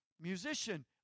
musician